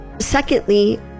secondly